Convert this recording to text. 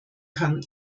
kann